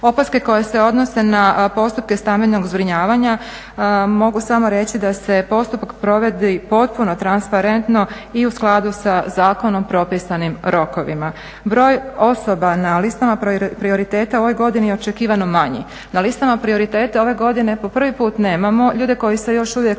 Opaske koje se odnose na postupke stambenog zbrinjavanja mogu samo reći da se postupak provodi potpuno transparentno i u skladu sa zakonom propisanim rokovima. Broj osoba na listama prioriteta u ovoj godini je očekivano manji. Na listama prioriteta ove godine po prvi put nemamo ljude koji se još uvijek